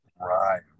Right